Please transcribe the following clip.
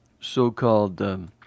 so-called